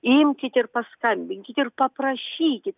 imkit ir paskambinkit ir paprašykit